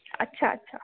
अछा अछा